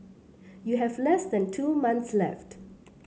you have less than two months left